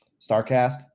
Starcast